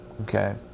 okay